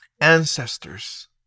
ancestors